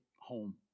home